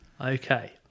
Okay